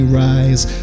rise